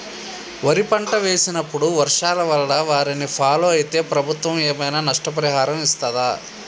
వరి పంట వేసినప్పుడు వర్షాల వల్ల వారిని ఫాలో అయితే ప్రభుత్వం ఏమైనా నష్టపరిహారం ఇస్తదా?